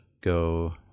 go